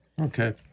Okay